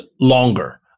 longer